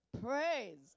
Praise